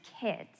kids